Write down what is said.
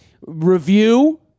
review